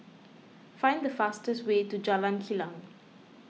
find the fastest way to Jalan Kilang